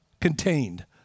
contained